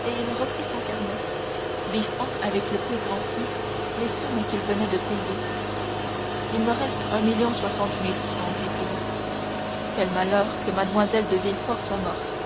et il reprit son carnet biffant avec le plus grand soin les sommes qu'il venait de payer il me reste un million soixante mille francs dit-il quel malheur que mlle de villefort soit morte